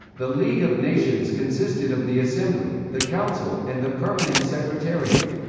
the league of nations consisted of the assembly, the council, and the permanent secretariat.